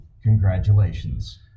congratulations